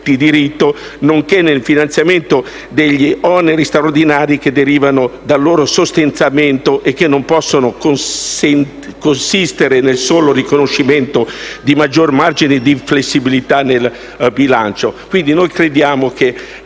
nonché nel finanziamento degli oneri straordinari che derivano dal loro sostentamento e che non possono consistere nel solo riconoscimento di maggior margine di inflessibilità nel bilancio.